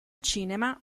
cinema